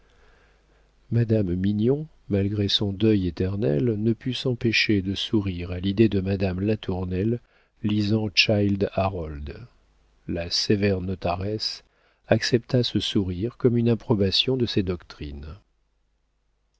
madame mignon malgré son deuil éternel ne put s'empêcher de sourire à l'idée de madame latournelle lisant child harold la sévère notaresse accepta ce sourire comme une approbation de ses doctrines